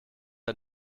ein